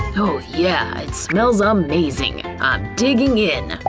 oh yeah, it smells ah amazing! i'm digging in! ah,